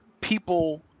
people